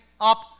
up